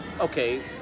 Okay